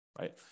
right